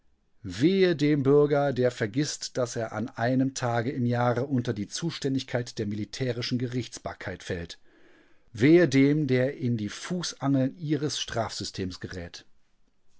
wehe dem bürger der vergißt daß er an einem tage im jahre unter die zuständigkeit der militärischen gerichtsbarkeit fällt wehe dem der in die fußangeln ihres strafsystems gerät